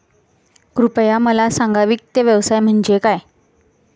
कृपया मला सांगा वित्त व्यवसाय म्हणजे काय?